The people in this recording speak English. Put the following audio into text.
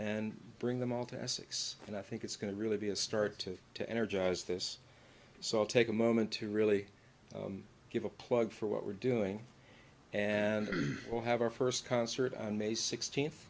and bring them all to essex and i think it's going to really be a start to energize this so i'll take a moment to really give a plug for what we're doing and we'll have our first concert on may sixteenth